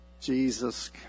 Jesus